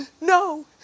No